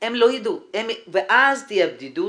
הם לא יידעו ואז תהיה בדידות